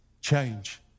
change